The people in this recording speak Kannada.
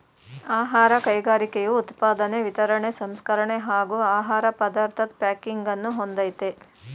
ಆಹಾರ ಕೈಗಾರಿಕೆಯು ಉತ್ಪಾದನೆ ವಿತರಣೆ ಸಂಸ್ಕರಣೆ ಹಾಗೂ ಆಹಾರ ಪದಾರ್ಥದ್ ಪ್ಯಾಕಿಂಗನ್ನು ಹೊಂದಯ್ತೆ